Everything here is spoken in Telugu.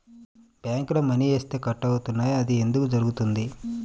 బ్యాంక్లో మని వేస్తే కట్ అవుతున్నాయి అది ఎందుకు జరుగుతోంది?